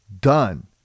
done